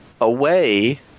away